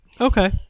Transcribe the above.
Okay